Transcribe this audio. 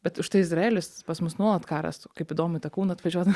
bet už tai izraelis pas mus nuolat karas kaip įdomu į tą kauną atvažiuot